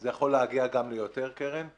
זה יכול להגיע גם ליותר קרן.